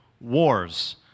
wars